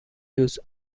use